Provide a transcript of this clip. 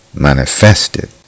manifested